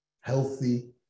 healthy